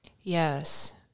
Yes